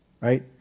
Right